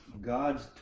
God's